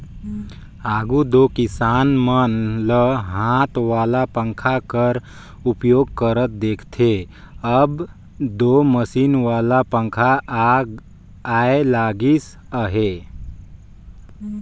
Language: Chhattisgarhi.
आघु दो किसान मन ल हाथ वाला पंखा कर उपयोग करत देखथे, अब दो मसीन वाला पखा आए लगिस अहे